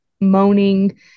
moaning